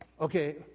Okay